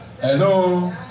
Hello